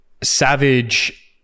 Savage